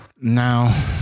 Now